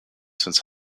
since